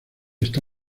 está